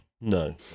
no